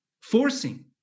forcing